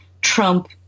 Trump